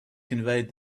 conveyed